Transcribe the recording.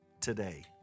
today